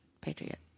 Patriot